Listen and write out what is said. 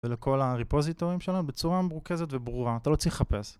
ולכל הריפוזיטורים שלה בצורה מרוכזת וברורה, אתה לא צריך לחפש